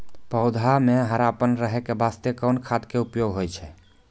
पौधा म हरापन रहै के बास्ते कोन खाद के उपयोग होय छै?